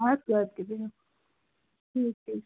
اَدٕ کیٛاہ اَدٕ کیٛاہ بِہِو ٹھیٖک کیٚنٛہہ چھُنہٕ